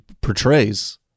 portrays